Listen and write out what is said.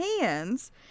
hands